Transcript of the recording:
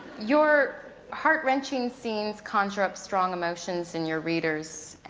your heart-wrenching scenes conjure up strong emotions in your readers.